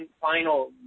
final